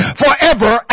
forever